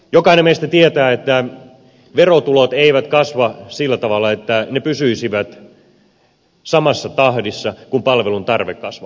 jokainen meistä tietää että verotulot eivät kasva sillä tavalla että ne pysyisivät samassa tahdissa kuin palvelun tarve kasvaa